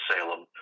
Salem